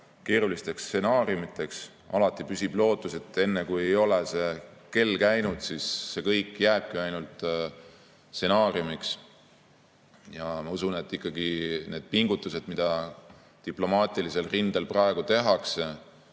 keerulisteks stsenaariumideks. Alati püsib lootus, enne kui ei ole see kell käinud, et kõik jääbki ainult stsenaariumiks. Ma usun või vähemalt loodan, et ikkagi need pingutused, mida diplomaatilisel rindel praegu tehakse,